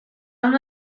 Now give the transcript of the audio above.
uno